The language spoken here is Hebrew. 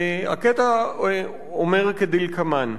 והקטע אומר כדלקמן: